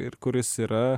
ir kuris yra